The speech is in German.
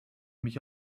mich